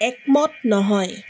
একমত নহয়